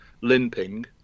limping